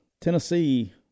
Tennessee